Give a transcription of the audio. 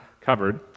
covered